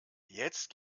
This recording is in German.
jetzt